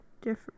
different